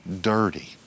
dirty